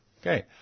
Okay